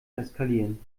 eskalieren